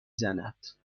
زند